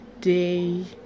day